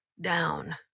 down